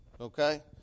okay